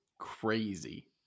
crazy